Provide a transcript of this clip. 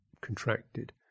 contracted